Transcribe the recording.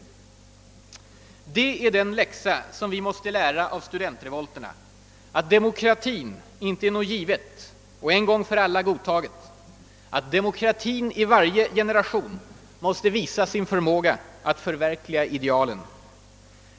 Det är den läxa vi måste lära av studentrevolterna: att demokratin inte är något givet och en gång för alla godtaget, att demokratin i varje generation måste visa sin förmåga att förverkliga idealen.